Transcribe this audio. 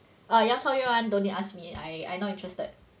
like 杨超越 [one] no need ask me I I not interested